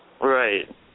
Right